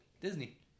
Disney